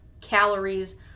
calories